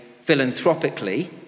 philanthropically